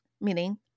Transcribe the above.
meaning